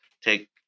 take